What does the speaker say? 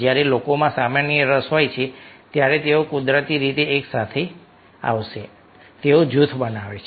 જ્યારે લોકોમાં સામાન્ય રસ હોય છે ત્યારે તેઓ કુદરતી રીતે એકસાથે આવશે તેઓ જૂથ બનાવે છે